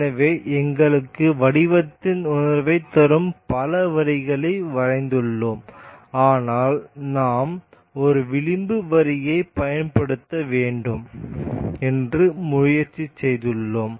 எனவே எங்களுக்கு வடிவத்தின் உணர்வைத் தரும் பல வரிகளை வரைந்துள்ளோம் ஆனால் நாம் ஒரு விளிம்பு வரியைப் பயன்படுத்த வேண்டாம் என்று முடிவு செய்துள்ளோம்